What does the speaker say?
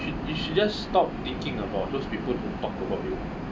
you should just stop thinking about those people who talked about you